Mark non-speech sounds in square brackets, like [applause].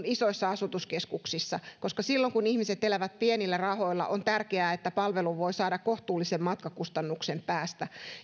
[unintelligible] isoissa asutuskeskuksissa koska silloin kun ihmiset elävät pienillä rahoilla on tärkeää että palvelun voi saada kohtuullisen matkakustannuksen päästä